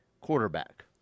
quarterback